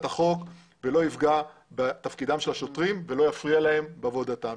החוק ולא יפגע בתפקידם של השוטרים ולא יפריע להם בעבודתם.